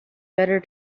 better